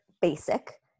basic